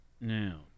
Now